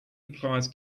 applies